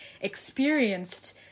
experienced